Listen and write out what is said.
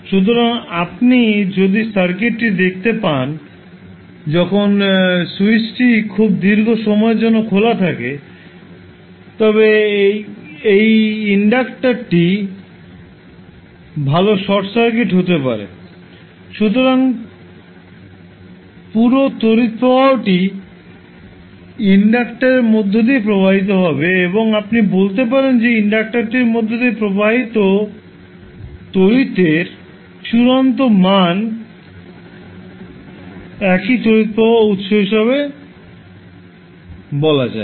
সুতরাং আপনি যদি সার্কিটটি দেখতে পান যখন স্যুইচটি খুব দীর্ঘ সময়ের জন্য খোলা থাকে তবে এই ইন্ডাক্টারটি ভাল শর্ট সার্কিট হতে পারে সুতরাং পুরোতড়িৎ প্রবাহটিই ইন্ডাক্টরের মধ্য দিয়ে প্রবাহিত হবে এবং আপনি বলতে পারেন যে ইন্ডাক্টারটির মধ্য দিয়ে প্রবাহিত তড়িৎ প্রবাহের চূড়ান্ত মানটি একইতড়িৎ প্রবাহ উত্স হিসাবে বলা যায়